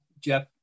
Jeff